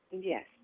Yes